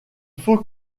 faut